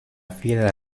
fiera